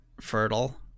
fertile